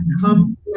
come